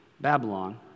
Babylon